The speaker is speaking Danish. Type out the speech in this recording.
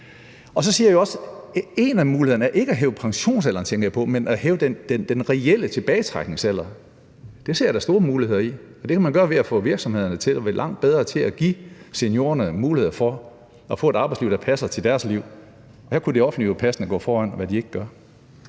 Så siger vi jo også, at en af mulighederne er ikke at hæve pensionsalderen, men at hæve den reelle tilbagetrækningsalder. Det ser jeg da store muligheder i, og det kan man gøre ved at få virksomhederne til at være langt bedre til at give seniorer mulighed for at få et arbejdsliv, der passer til deres liv. Her kunne det offentlige jo passende gå foran, hvad det ikke gør.